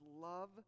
love